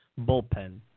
bullpen